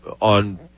on